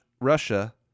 Russia